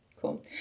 Cool